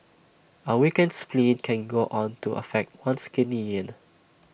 A weakened spleen can go on to affect one's Kidney Yin